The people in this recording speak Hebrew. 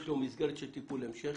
יש לו מסגרת של טיפול המשך,